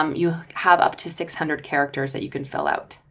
um you have up to six hundred characters that you can fill out.